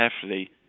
carefully